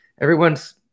Everyone's